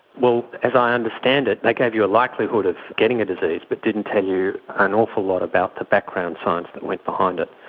well, as i understand it they gave you a likelihood of getting a disease but didn't tell you an awful lot about the background science that went behind it.